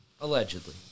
Allegedly